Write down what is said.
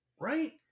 Right